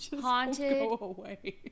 haunted